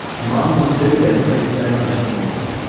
mom who's been there breaks down how she handled it.